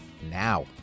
now